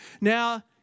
Now